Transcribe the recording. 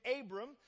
Abram